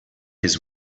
his